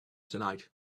tonight